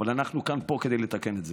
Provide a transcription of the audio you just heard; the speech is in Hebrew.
אבל אנחנו כאן כדי לתקן את זה,